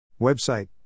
website